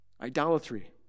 Idolatry